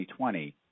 2020